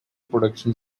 production